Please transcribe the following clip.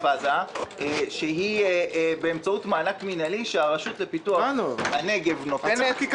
עזה באמצעות מענק מינהלי שהרשות לפיתוח הנגב נותנת.